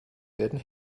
werden